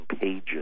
pages